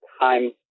time